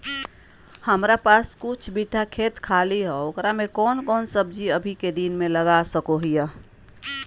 हमारा पास कुछ बिठा खेत खाली है ओकरा में कौन कौन सब्जी अभी के दिन में लगा सको हियय?